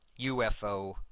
UFO